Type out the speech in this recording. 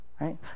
Right